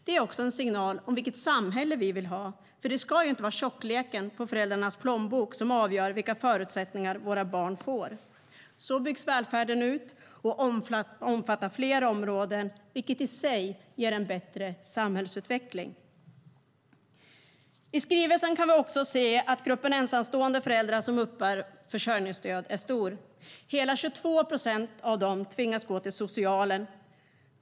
Det är också en signal om vilket samhälle vi vill ha, för det ska inte vara tjockleken på föräldrarnas plånbok som avgör vilka förutsättningar våra barn får. Så byggs välfärden ut och omfattar fler områden, vilket i sig ger en bättre samhällsutveckling. I skrivelsen kan vi också se att gruppen ensamstående föräldrar som uppbär försörjningsstöd är stor. Hela 22 procent av dem tvingas gå till socialen.